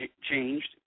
changed